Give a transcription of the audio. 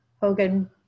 Hogan